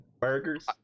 burgers